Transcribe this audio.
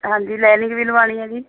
ਹਾਂਜੀ ਲੈਨਿੰਗ ਵੀ ਲਵਾਉਣੀ ਹੈ ਜੀ